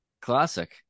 classic